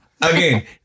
Again